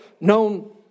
known